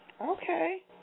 Okay